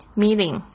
meeting